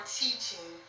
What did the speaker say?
teaching